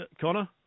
Connor